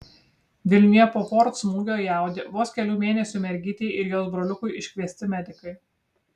vilniuje po ford smūgio į audi vos kelių mėnesių mergytei ir jos broliukui iškviesti medikai